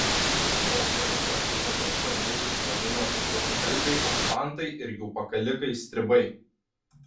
pokariu partizanus banditais vadino tik rusakalbiai okupantai ir jų pakalikai stribai